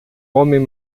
homem